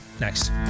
Next